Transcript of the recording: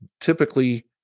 typically